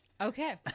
okay